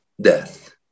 death